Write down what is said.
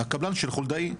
הקבלן של חולדאי.